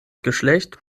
geschlecht